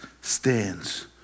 stands